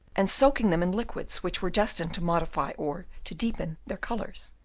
and soaking them in liquids which were destined to modify or to deepen their colours.